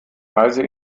reise